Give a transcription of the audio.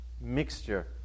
mixture